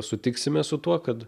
sutiksime su tuo kad